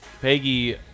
peggy